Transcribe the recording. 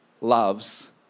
loves